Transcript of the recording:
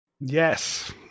Yes